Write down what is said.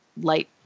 light